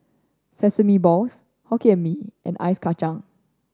Sesame Balls Hokkien Mee and Ice Kachang